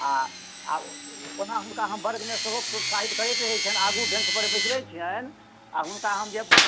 आ आ ओना हुनका हम वर्गमे सेहो प्रोत्साहित करैत रहै छियनि आगू बेंचपर बेसबै छियनि आ हुनका हम जे